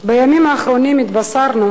בימים האחרונים התבשרנו